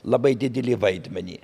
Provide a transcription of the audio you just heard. labai didelį vaidmenį